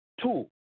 Two